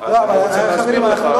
אבל אני לא רוצה לנהל אתך ויכוח.